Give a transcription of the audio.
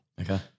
Okay